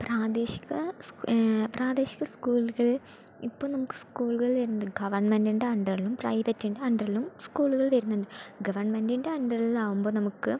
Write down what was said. പ്രാദേശിക പ്രാദേശിക സ്കൂളുകൾ ഇപ്പോൾ നമുക്ക് സ്കൂളുകൾ വരുന്നത് ഗവൺമെന്റിൻ്റെ അണ്ടറിലും പ്രൈവറ്റിൻ്റെ അണ്ടറിലും സ്കൂളുകൾ വരുന്നുണ്ട് ഗവൺമെന്റിൻ്റെ അണ്ടറിലാകുമ്പോൾ നമുക്ക്